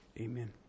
amen